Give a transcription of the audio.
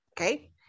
Okay